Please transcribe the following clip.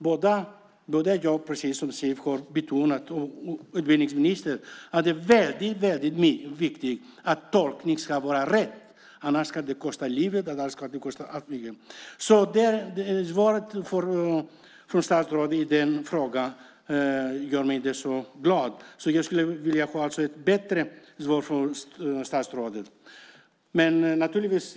Såväl jag och Siw Wittgren-Ahl som utbildningsministern har betonat att det är väldigt viktigt att det tolkas rätt, för annars kan det till exempel kosta människor livet. Statsrådets svar i det avseendet gör mig inte så glad. Jag skulle alltså vilja ha ett bättre svar från statsrådet.